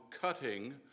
cutting